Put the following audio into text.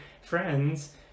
friends